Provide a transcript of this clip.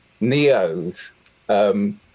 Neos